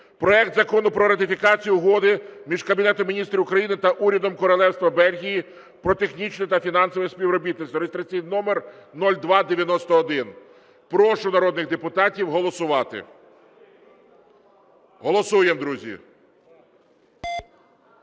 проект Закону про ратифікацію Угоди між Кабінетом Міністрів України та Урядом Королівства Бельгія про технічне та фінансове співробітництво (реєстраційний номер 0291). Прошу народних депутатів голосувати. Голосуємо, друзі.